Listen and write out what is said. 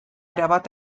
erabat